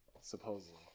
Supposedly